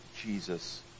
Jesus